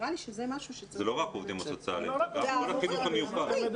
זה לא רק העובדים הסוציאליים אלא כל החינוך המיוחד.